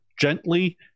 gently